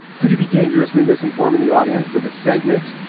could you be dangerously misinforming the audience with a segment?